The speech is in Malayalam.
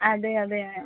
അതെ അതെ ആ